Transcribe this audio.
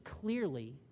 clearly